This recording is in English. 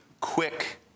quick